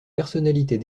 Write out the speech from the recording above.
personnalités